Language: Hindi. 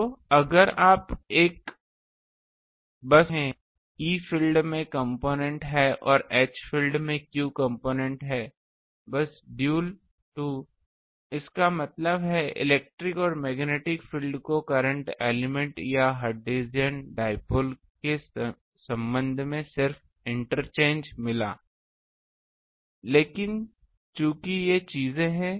तो अगर आप बस एक लूप के लिए अब तुलना करते हैं E फील्ड में कम्पोनेन्ट है और H फील्ड में q कम्पोनेन्ट है बस ड्यूल 2 इसका मतलब है इलेक्ट्रिक और मैग्नेटिक फील्ड को करंट एलिमेंट या हर्ट्ज़ियन डाइपोल के संबंध में सिर्फ इंटरचेंज मिला लेकिन चूंकि ये चीजें हैं